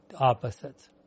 opposites